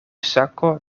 sako